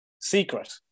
secret